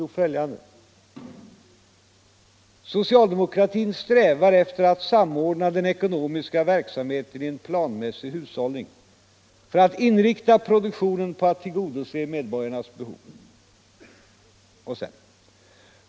Jo, följande: ”Socialdemokratin strävar efter att samordna den ekonomiska verksamheten i en planmässig hushållning, för att inrikta produktionen på att tillgodose medborgarnas behov.